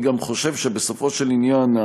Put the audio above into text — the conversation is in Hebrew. אני גם חושב שבסופו של עניין,